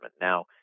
Now